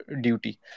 duty